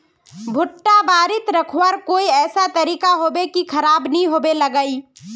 भुट्टा बारित रखवार कोई ऐसा तरीका होबे की खराब नि होबे लगाई?